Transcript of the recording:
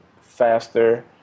faster